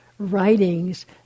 writings